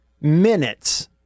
minutes